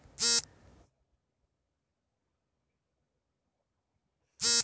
ನಾನು ಕೃಷಿಯಲ್ಲಿ e commerce ಬಳಸುವುದಕ್ಕೆ ಸರ್ಕಾರದಿಂದ ಯಾವುದಾದರು ಸವಲತ್ತು ಮತ್ತು ಷರತ್ತುಗಳಿವೆಯೇ?